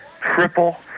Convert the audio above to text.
Triple